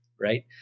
right